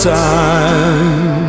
time